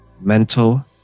mental